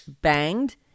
banged